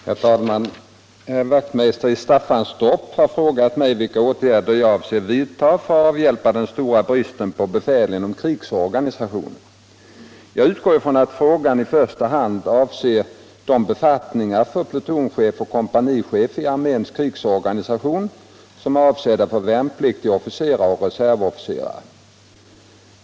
Herr talman! Herr Wachtmeister i Staffanstorp har frågat mig vilka åtgärder jag avser vidta för att avhjälpa den stora bristen på befäl inom krigsorganisationen. Jag utgår från att frågan i första hand avser de befattningar för plutonchef och kompanichef i arméns krigsorganisation som är avsedda för värnpliktiga officerare och reservofficerare.